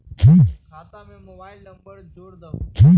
खाता में mobile number जोड़ दहु?